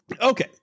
Okay